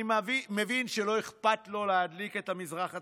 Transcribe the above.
אני מבין שלא אכפת לו להדליק את המזרח התיכון.